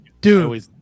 dude